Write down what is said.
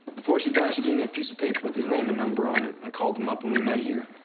before she died, she gave me a piece of paper with his name and number on it. i called him up, and we met here.